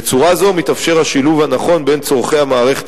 בצורה זו מתאפשר השילוב הנכון בין צורכי המערכת